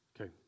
Okay